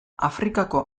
afrikako